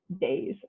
days